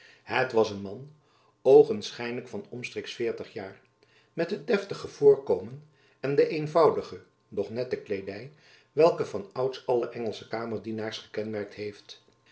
het was een man oogenschijnlijk van omstreeks veertig jaar met het deftige voorkomen en de eenvoudige doch nette kleedy welke van ouds alle engelsche kamerdienaars gekenmerkt heeft